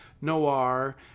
noir